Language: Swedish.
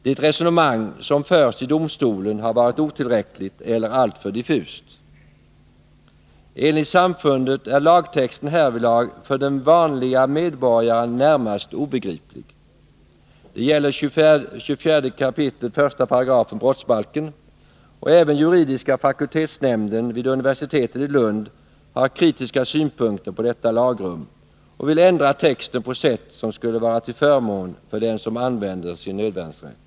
Det resonemang som förts i domstolen har varit otillräckligt eller alltför diffust. Enligt samfundet är lagtexten härvidlag för den vanliga medborgaren närmast obegriplig. Det gäller 24 kap. 1§ brottsbalken. Även juridiska fakultetsnämnden vid universitetet i Lund har kritiska synpunkter på detta lagrum och vill ändra texten på sätt som skulle vara till förmån för den som använder sin nödvärnsrätt.